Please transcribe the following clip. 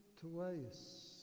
twice